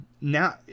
Now